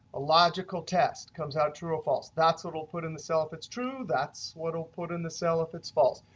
a logical test. comes out true or false. that's what it'll put in the cell if it's true, that's what it'll put in the cell if it's false.